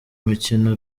mukino